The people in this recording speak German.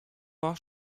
war